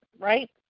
right